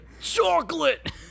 Chocolate